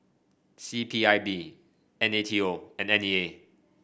C P I B N A T O and N E A